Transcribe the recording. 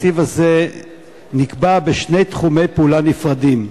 התקציב הזה נקבע בשני תחומי פעולה נפרדים.